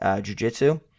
Jiu-Jitsu